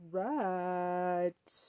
right